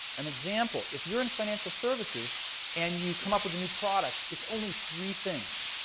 an example, if you're in financial services and you come up with a new product, it's only three things.